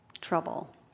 trouble